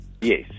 Yes